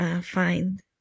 find